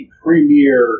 premier